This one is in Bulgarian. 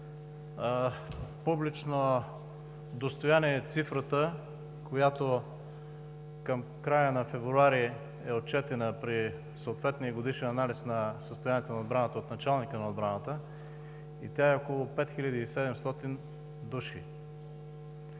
Публично достояние е цифрата, която към края на февруари е отчетена при съответния годишен анализ на състоянието на отбраната от началника на отбраната, и тя е около 5700 души.